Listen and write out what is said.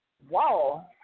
whoa